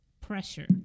pressure